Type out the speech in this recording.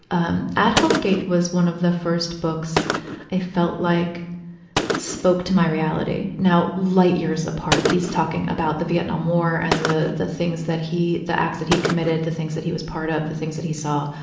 um, at hell's gate was one of the first books i felt like spoke to my reality. now, light years apart he's talking about the vietnam war and the the things that he, the acts that he committed, the things that he was part of, the things that he saw.